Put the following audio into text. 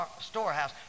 storehouse